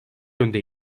yönde